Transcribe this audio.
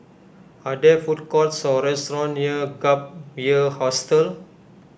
are there food courts or restaurants near Gap Year Hostel